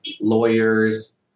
lawyers